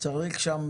צריך שם